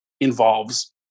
involves